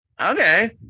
Okay